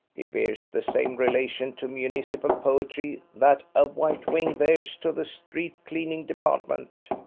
he bears the same relation to municipal poetry that a white wing bears to the street cleaning department,